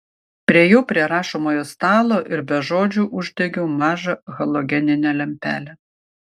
priėjau prie rašomojo stalo ir be žodžių uždegiau mažą halogeninę lempelę